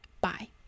Bye